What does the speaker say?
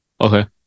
Okay